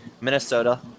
Minnesota